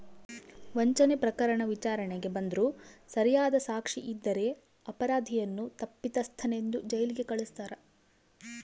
ವಂಚನೆ ಪ್ರಕರಣ ವಿಚಾರಣೆಗೆ ಬಂದ್ರೂ ಸರಿಯಾದ ಸಾಕ್ಷಿ ಇದ್ದರೆ ಅಪರಾಧಿಯನ್ನು ತಪ್ಪಿತಸ್ಥನೆಂದು ಜೈಲಿಗೆ ಕಳಸ್ತಾರ